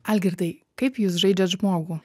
algirdai kaip jūs žaidžiat žmogų